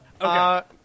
Okay